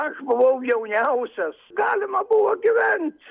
aš buvau jauniausias galima buvo gyvent